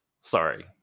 Sorry